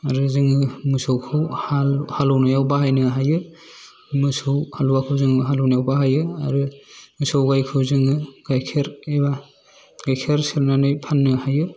आरो जोङो मोसौखौ हालेवनायाव बाहायनो हायो मोसौ हालुवाखौ जों हालेवनायाव बाहायो आरो मोसौ गायखौ जोङो गायखेर एबा गायखेर सेरनानै फान्नो हायो